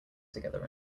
together